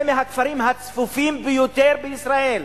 זה מהכפרים הצפופים ביותר בישראל.